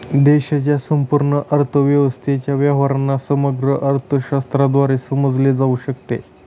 देशाच्या संपूर्ण अर्थव्यवस्थेच्या व्यवहारांना समग्र अर्थशास्त्राद्वारे समजले जाऊ शकते